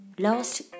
Lost